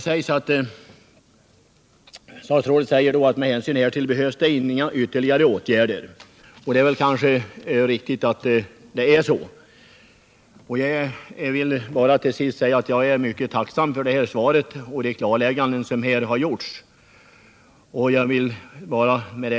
Statsrådet säger att med hänsyn härtill behövs inga ytterligare åtgärder, och det är riktigt. Det borde vara så. Jag vill bara till sist säga att jag är mycket tacksam för svaret och för de klarlägganden som har gjorts.